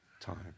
time